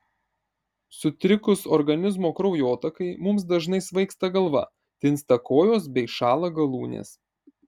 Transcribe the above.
sutrikus organizmo kraujotakai mums dažnai svaigsta galva tinsta kojos bei šąla galūnės